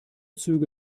züge